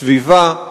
בסביבה,